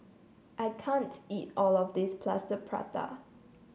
I can't eat all of this Plaster Prata